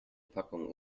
packungen